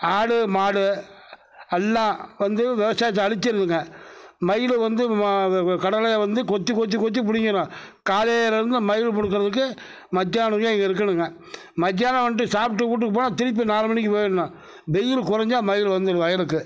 ஆடு மாடு எல்லாம் வந்து விவசாயத்த அழிச்சிடுந்துங்க மயில் வந்து கடலையை வந்து கொத்தி கொத்தி கொத்தி புடிங்கிடும் காலையிலேந்து நம்ம மயில் பிடிக்கறதுக்கு மத்தியானம் வரைக்கும் அங்கே இருக்கணுங்க மத்தியானம் வந்துட்டு சாப்பிட்டு கூப்பிட்டு போனால் திருப்பி நாலு மணிக்கு போயிடணும் வெயில் கொறைஞ்சா மயில் வந்துடும் வயலுக்கு